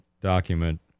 document